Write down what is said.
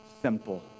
simple